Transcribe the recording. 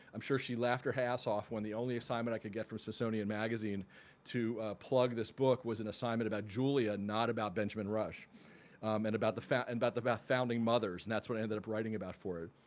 i'm sure she laughed her her ass off when the only assignment i could get for smithsonian magazine to plug this book was an assignment about julia, not about benjamin rush and about the fam and about the founding mothers and that's what i ended up writing about for it.